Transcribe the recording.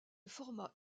format